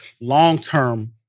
long-term